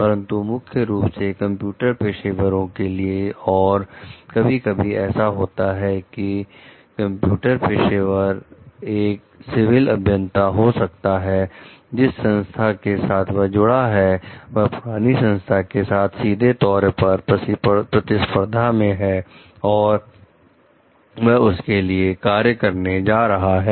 परंतु मुख्य रूप से कंप्यूटर पेशेवरों के लिए और कभी कभी ऐसा होता है कि कंप्यूटर पेशेवर एक सिविल अभियंता हो सकता है जिस संस्था के साथ वह जुड़ा है वह पुरानी संस्था के साथ सीधे तौर पर प्रतिस्पर्धा में है और वह उनके लिए कार्य करने जा रहा है